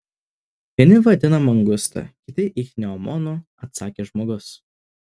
vieni vadina mangusta kiti ichneumonu atsakė žmogus